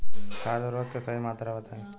खाद उर्वरक के सही मात्रा बताई?